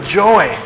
joy